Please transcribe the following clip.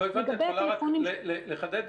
לא הבנתי, את יכולה לחדד?